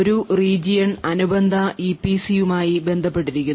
ഒരു region അനുബന്ധ ഇപിസിയുമായി ബന്ധപ്പെട്ടിരിക്കുന്നു